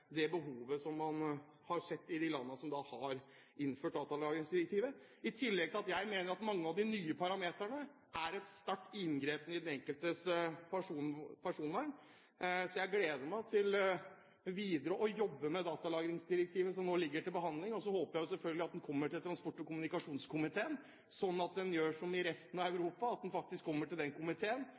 det behovet som man har sett i de landene som har innført datalagringsdirektivet, i tillegg til at jeg mener at mange av de nye parameterne er et sterkt inngrep i den enkeltes personvern. Jeg gleder meg til å jobbe videre med datalagringsdirektivet, som nå ligger til behandling. Så håper jeg selvfølgelig at det kommer til transport- og kommunikasjonskomiteen, sånn at det faktisk kommer til den komiteen som stort sett behandler det i resten av Europa, og at